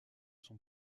son